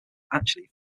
actually